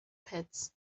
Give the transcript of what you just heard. pits